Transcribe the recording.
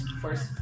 first